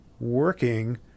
working